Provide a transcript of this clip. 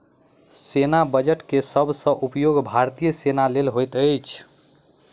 सेना बजट के सब सॅ उपयोग भारतीय सेना लेल होइत अछि